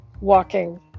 walking